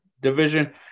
Division